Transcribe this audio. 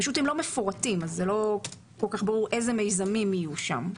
פשוט הם לא מפורטים אז לא כל כך ברור איזה מיזמים יהיו שם.